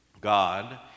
god